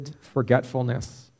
forgetfulness